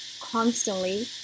constantly